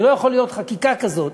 לא יכולה להיות חקיקה כזאת,